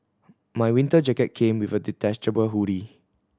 my winter jacket came with a detachable hoodie